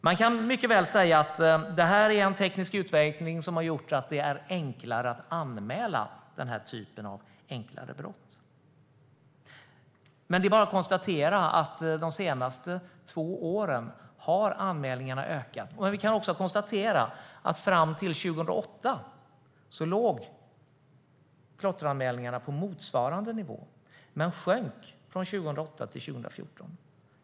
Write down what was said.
Man kan mycket väl säga att det har skett en teknisk utveckling som har gjort att det är enklare att anmäla den här typen av brott. Men det är bara att konstatera att anmälningarna har ökat under de senaste två åren. Vi kan också konstatera att fram till 2008 låg antalet klotteranmälningar på motsvarande nivå, men den sjönk från 2008 till 2014.